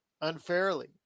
unfairly